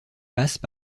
passent